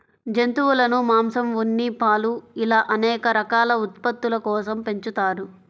జంతువులను మాంసం, ఉన్ని, పాలు ఇలా అనేక రకాల ఉత్పత్తుల కోసం పెంచుతారు